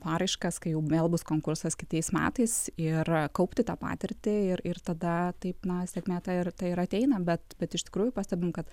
paraiškas kai jau vėl bus konkursas kitais metais ir kaupti tą patirtį ir ir tada kaip na sėkmė ta ir tai ir ateina bet bet iš tikrųjų pastebim kad